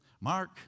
Mark